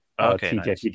Okay